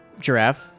Giraffe